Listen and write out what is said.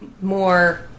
more